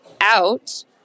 out